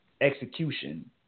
execution